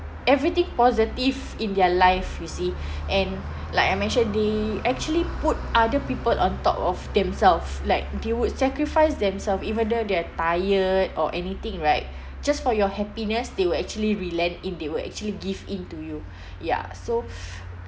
everything positive in their life you see and like I mentioned they actually put other people on top of themselves like they would sacrifice themselves even though they are tired or anything right just for your happiness they will actually relent and they will actually give in to you ya so